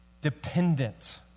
dependent